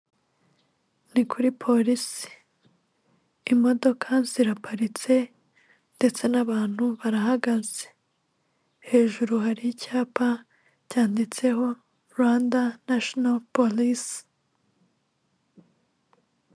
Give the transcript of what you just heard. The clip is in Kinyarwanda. Ni kuri Polisi imodoka ziraparitse ndetse n'abantu barahagaze hejuru hari icyapa cyanditseho Rwanda nasiyonali Police.